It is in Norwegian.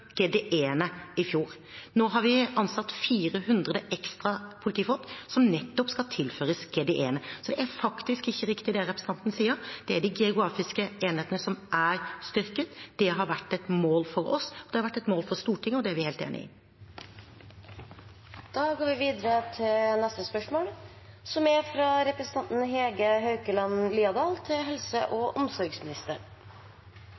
i fjor. Nå har vi ansatt 400 ekstra politifolk, som nettopp skal tilføres GDE-ene. Så det er faktisk ikke riktig, det representanten sier. Det er de geografiske enhetene som er styrket. Det har vært et mål for oss, det har vært et mål for Stortinget, og det er vi helt enig i. «Jeg får stadig henvendelser fra personer med type 2-diabetes som